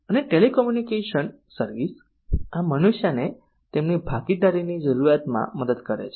અને telecommunication service આ મનુષ્યને તેમની ભાગીદારીની જરૂરિયાતમાં મદદ કરે છે